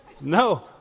No